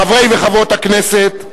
חברי וחברות הכנסת,